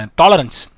tolerance